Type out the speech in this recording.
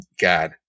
God